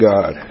God